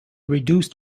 reduced